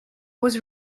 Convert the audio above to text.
was